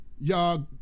y'all